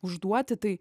užduoti tai